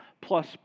plus